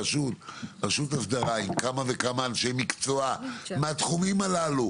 פשוט אסדרה עם כמה וכמה אנשי מקצוע מהתחומים הללו